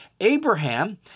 Abraham